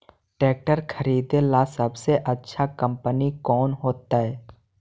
Tractor खरीदेला सबसे अच्छा कंपनी कौन होतई?